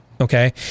Okay